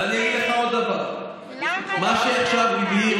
ואני אגיד לכם עוד דבר: מה שעכשיו הבהיר